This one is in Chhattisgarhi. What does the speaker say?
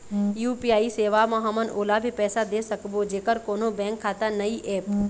यू.पी.आई सेवा म हमन ओला भी पैसा दे सकबो जेकर कोन्हो बैंक खाता नई ऐप?